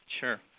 Sure